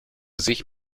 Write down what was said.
sich